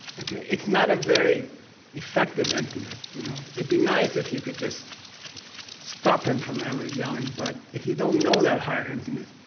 okay? it's not a very effective emptiness. you know, it'd be nice if you could just stop him from ever yelling, but if you don't know that higher emptiness,